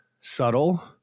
subtle